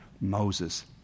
Moses